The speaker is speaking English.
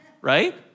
right